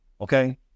Okay